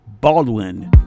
baldwin